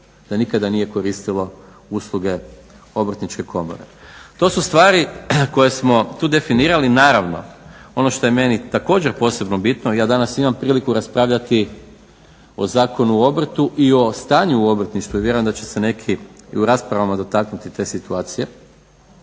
da nikada nije koristilo usluge Obrtničke komore. To su stvari koje smo tu definirali. Naravno, ono što je meni također posebno bitno, ja danas imam priliku raspravljati o Zakonu o obrtu i o stanju u obrtništvu i vjerujem da će se neki i u raspravama dotaknuti te situacije,